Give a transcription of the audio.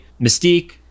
Mystique